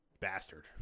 bastard